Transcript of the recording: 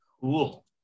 Cool